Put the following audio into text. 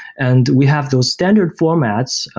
and we have those standard formats,